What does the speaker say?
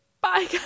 bye